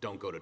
don't go to